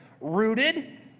Rooted